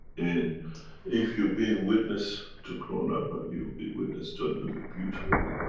and if you've been witness to corona and you'll be witness to another beautiful